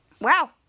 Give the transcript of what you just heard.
Wow